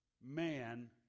man